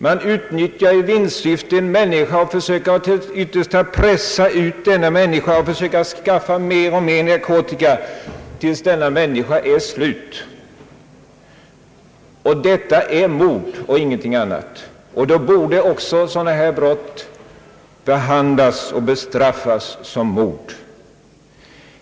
Man utnyttjar i vinstsyfte en människa, som man försöker till det yttersta pressa att skaffa mer och mer narkotika, tills denna människa är slut, Detta är mord och ingenting annat. Sådana brott borde därför också behandlas och bestraffas som mord.